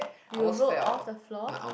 you wrote off the floor